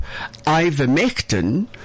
Ivermectin